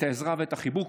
את העזרה ואת החיבור.